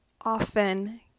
often